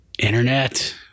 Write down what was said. Internet